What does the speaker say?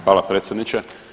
Hvala predsjedniče.